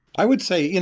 i would say, you know